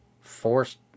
forced